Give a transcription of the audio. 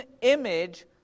image